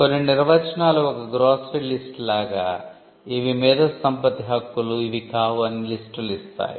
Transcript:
కొన్ని నిర్వచనాలు ఒక గ్రోసెరీ లిస్టు లాగా ఇవి మేధోసంపత్తి హక్కులుఇవి కావు అని లిస్ట్ లు ఇస్తాయి